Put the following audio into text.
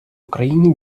україні